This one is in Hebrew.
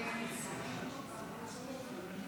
יהודי